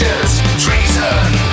Treason